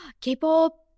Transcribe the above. K-pop